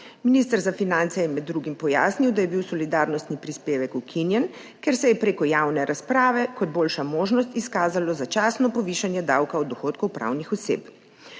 Minister za finance je med drugim pojasnil, da je bil solidarnostni prispevek ukinjen, ker se je preko javne razprave kot boljša možnost izkazalo začasno povišanje davka od dohodkov pravnih oseb.